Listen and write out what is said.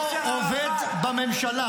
התאגיד הזה לא עובד בממשלה,